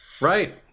Right